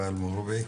ואיל מוגרבי.